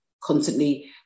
constantly